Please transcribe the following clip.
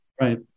Right